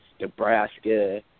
Nebraska